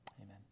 Amen